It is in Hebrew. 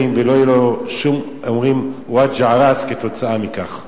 ולא יהיה לו שום "וג'ע ראס" כתוצאה מכך.